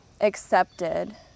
accepted